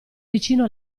vicino